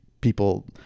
people